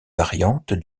variantes